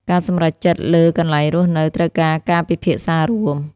ការសម្រេចចិត្តលើកន្លែងរស់នៅត្រូវការការពិភាក្សារួម។